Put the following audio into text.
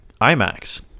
IMAX